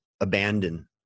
abandon